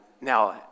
now